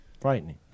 frightening